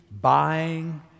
buying